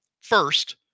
First